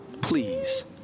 Please